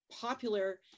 popular